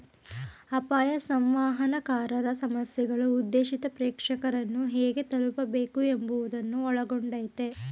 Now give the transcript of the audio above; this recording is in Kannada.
ಅಪಾಯ ಸಂವಹನಕಾರರ ಸಮಸ್ಯೆಗಳು ಉದ್ದೇಶಿತ ಪ್ರೇಕ್ಷಕರನ್ನು ಹೇಗೆ ತಲುಪಬೇಕು ಎಂಬುವುದನ್ನು ಒಳಗೊಂಡಯ್ತೆ